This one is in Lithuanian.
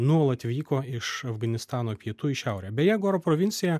nuolat vyko iš afganistano pietų į šiaurę beje goro provincija